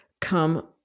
come